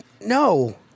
No